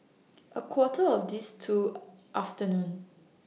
A Quarter of This two afternoon